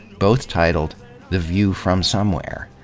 both titled the view from somewhere.